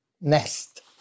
nest